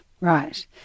Right